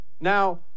now